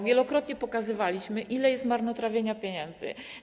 Wielokrotnie pokazywaliśmy, ile jest marnotrawionych pieniędzy.